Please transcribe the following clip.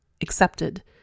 accepted